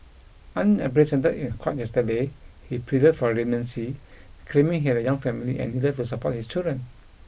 unrepresented in court yesterday he pleaded for leniency claiming he had a young family and needed to support his children